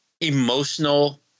emotional